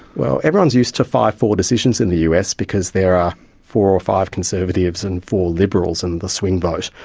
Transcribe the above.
well, everyone is used to five four decisions in the us because there are four or five conservatives and four liberals in the swing vote,